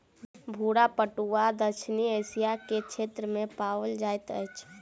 भूरा पटुआ दक्षिण एशिया के क्षेत्र में पाओल जाइत अछि